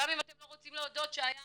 גם אם אתם לא רוצים להודות שהיה